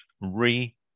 re